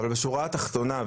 בשורה התחתונה,